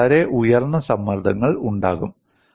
നിങ്ങൾക്ക് വളരെ ഉയർന്ന സമ്മർദ്ദങ്ങൾ ഉണ്ടാകും